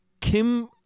Kim